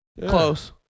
Close